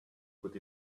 put